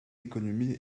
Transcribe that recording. l’économie